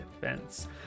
defense